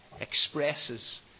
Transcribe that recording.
expresses